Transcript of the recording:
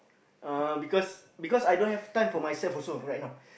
uh because because I don't have time for myself also right now